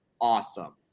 awesome